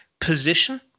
position